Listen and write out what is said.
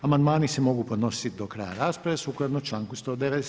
Amandmani se mogu podnositi do kraja rasprave sukladno članku 197.